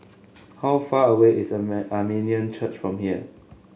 how far away is Armenian Church from here